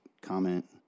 comment